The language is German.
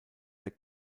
der